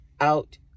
out